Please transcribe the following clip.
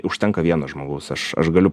užtenka vieno žmogaus aš aš galiu